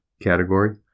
category